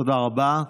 תודה רבה.